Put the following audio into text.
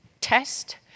test